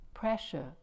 pressure